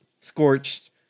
scorched